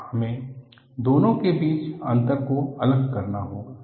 तो हमें दोनों के बीच अंतर को अलग करना होगा